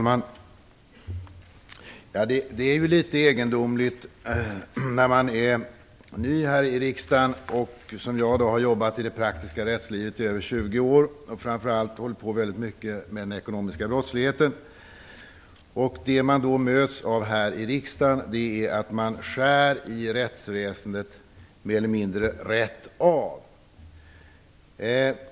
Fru talman! Det känns litet egendomligt när man är ny här i riksdagen och som jag har jobbat i det praktiska rättslivet i över 20 år och framför allt hållit på väldigt mycket med den ekonomiska brottsligheten. Det man då möts av här i riksdagen är att det skärs i rättsväsendet mer eller mindre rätt av.